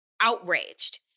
outraged